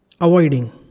avoiding